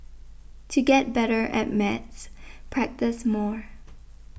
to get better at maths practise more